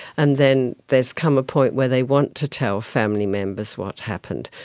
and then there's come a point where they want to tell family members what happened.